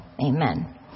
amen